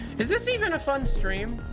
is this even a fun stream?